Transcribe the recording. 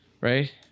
Right